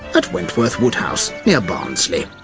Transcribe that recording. at wentworth woodhouse, near barnsley.